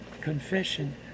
confession